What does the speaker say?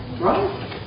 Right